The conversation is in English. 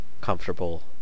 comfortable